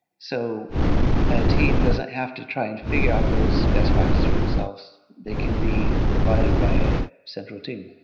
so a team doesn't have to try and figure out those best practices for themselves. they can be provided by a central team.